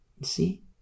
See